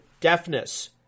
deafness